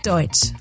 Deutsch